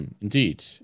indeed